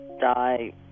die